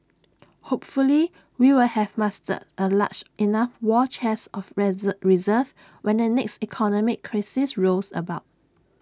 hopefully we will have mustered A large enough war chest of reserves when the next economic crisis rolls about